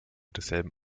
desselben